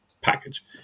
package